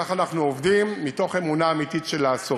וכך אנחנו עובדים מתוך אמונה אמיתית לעשות,